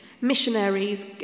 missionaries